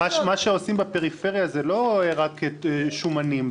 מה שעושים בפריפריות זה לא רק שומנים,